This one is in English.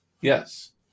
Yes